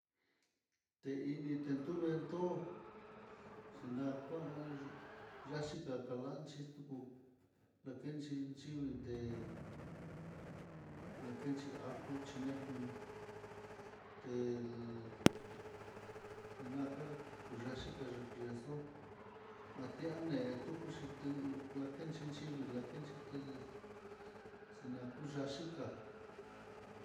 Teini tekuvendó, xhinakuan yaxhika kalanchí extuku, lakenxhi xhiveté, lakenxhi ajo xhinejan tel naka kuyaxhiaka yexo'o atiane tukuxinde'e lakenchi chivila'a nakenchí té tenaku ya'a xhika.